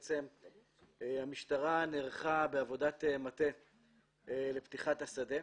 המשטרה נערכה בעבודת מטה לפתיחת השדה.